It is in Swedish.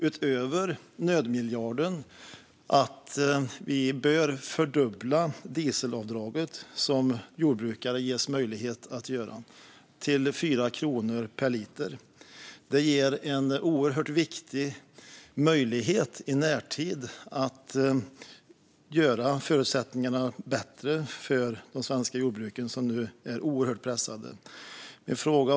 Utöver nödmiljarden har vi föreslagit att det dieselavdrag som jordbrukare ges möjlighet att göra fördubblas till 4 kronor per liter. Detta skulle ge en oerhört viktig möjlighet att i närtid göra förutsättningarna bättre för de svenska jordbruken, som nu är oerhört pressade.